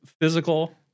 physical